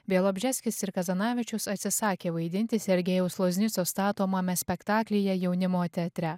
bielobžeskis ir kazanavičius atsisakė vaidinti sergejaus loznico statomame spektaklyje jaunimo teatre